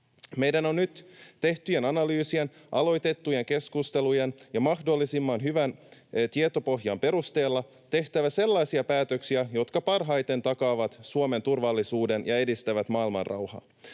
Meidän on nyt tehtyjen analyysien, aloitettujen keskustelujen ja mahdollisimman hyvän tietopohjan perusteella tehtävä sellaisia päätöksiä, jotka parhaiten takaavat Suomen turvallisuuden ja edistävät maailmanrauhaa.